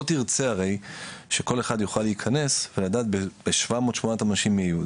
תרצה הרי שכל אחד יוכל להיכנס ולדעת ב-700 800 אנשים מי הוא.